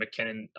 McKinnon